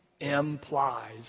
implies